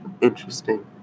Interesting